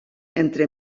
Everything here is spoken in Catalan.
entre